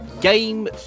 Game